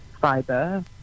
fiber